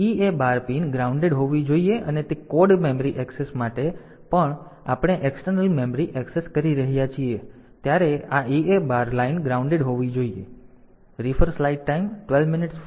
તેથી EA bar pin grounded હોવી જોઈએ અને તે કોડ મેમરી એક્સેસ માટે પણ આપણે એક્સટર્નલ મેમરી એક્સેસ કરી રહ્યા છીએ ત્યારે આ EA બાર લાઇન ગ્રાઉન્ડેડ હોવી જોઈએ